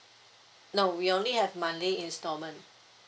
no we only have monthly installment